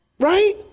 Right